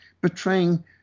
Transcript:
betraying